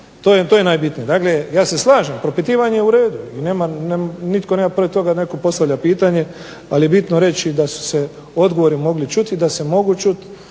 To je najbitnije. Dakle, ja se slažem, propitivanje je uredu i nema nitko protiv toga da netko postavlja pitanje ali je bitno reći da su se odgovori mogli čuti i da se mogu čuti